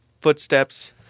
footsteps